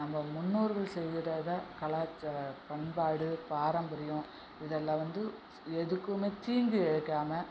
நம்ம முன்னோர்கள் செய்யறத கலாச்சாரம் பண்பாடு பாரம்பரியம் இதெல்லாம் வந்து எதுக்குமே தீங்கு இழைக்காமல்